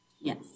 yes